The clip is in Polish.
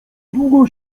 długo